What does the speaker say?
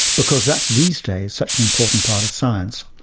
because that's these days, such an important part of science.